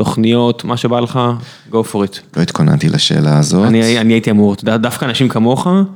תוכניות, מה שבא לך, go for it. לא התכוננתי לשאלה הזאת. אני הייתי אמור, דווקא אנשים כמוך...